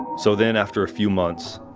so then, after a few months,